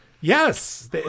Yes